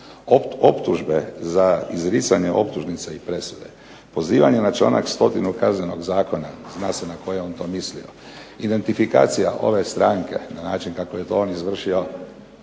optužbe za izricanje optužnice i presude, pozivanje na članak stotinu Kaznenog zakona, zna se na koje je on to mislio, identifikacija ove stranke na način kako je to on izvršio